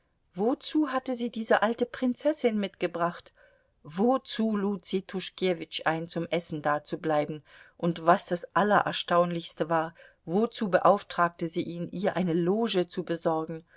wozu hatte sie diese alte prinzessin mitgebracht wozu lud sie tuschkewitsch ein zum essen dazubleiben und was das allererstaunlichste war wozu beauftragte sie ihn ihr eine loge zu besorgen